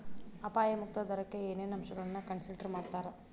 ಅಪಾಯ ಮುಕ್ತ ದರಕ್ಕ ಏನೇನ್ ಅಂಶಗಳನ್ನ ಕನ್ಸಿಡರ್ ಮಾಡ್ತಾರಾ